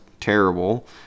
terrible